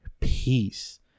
peace